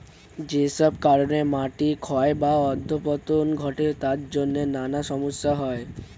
যেসব কারণে মাটি ক্ষয় বা অধঃপতন ঘটে তার জন্যে নানা সমস্যা হয়